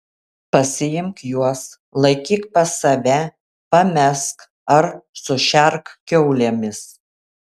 pasiimk juos laikyk pas save pamesk ar sušerk kiaulėmis